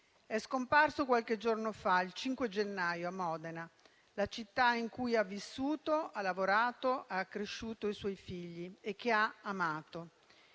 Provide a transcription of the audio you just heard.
È scomparso qualche giorno fa, il 5 gennaio, a Modena, città in cui ha vissuto, ha lavorato, dove ha cresciuto i suoi figli e che ha amato.